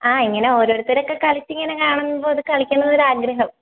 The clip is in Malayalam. ആ ഇങ്ങനെ ഓരോരുത്തരൊക്കെ കളിച്ചിങ്ങനെ കാണുമ്പോൾ ഇത് കളിക്കണം എന്ന് ഒരു ആഗ്രഹം